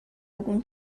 algum